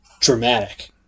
dramatic